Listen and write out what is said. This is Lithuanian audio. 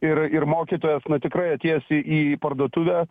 ir ir mokytojas nu tikrai atėjęs į parduotuvę